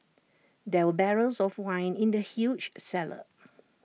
there were barrels of wine in the huge cellar